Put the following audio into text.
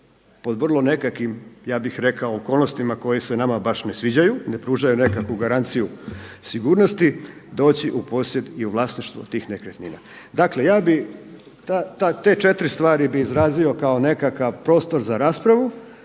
pod vrlo nekakvim, ja bih rekao okolnostima koje se nama baš ne sviđaju, ne pružaju nekakvu garanciju sigurnosti, doći u posjed i u vlasništvo tih nekretnina. Dakle ja bih te 4 stvari bih izrazio kao nekakav prostor za raspravu.